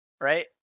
Right